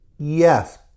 Yes